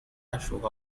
cachorro